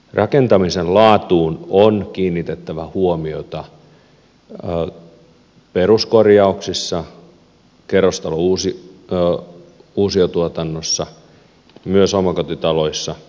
rakentamisen laatuun on kiinnitettävä huomiota peruskorjauksissa kerrostalouusiotuotannossa myös omakotitaloissa